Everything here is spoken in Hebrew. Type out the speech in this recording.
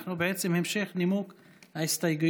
אנחנו בעצם בהמשך נימוק ההסתייגויות.